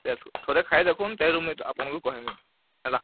test ଥରେ ଖାଇ ଦେଖୁନ୍ ତାପରେ ମୁଇଁ ଆପଣଙ୍କୁ କହିମି ହେଲା